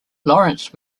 lawrence